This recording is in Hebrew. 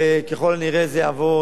וככל הנראה זה יעבור